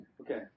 Okay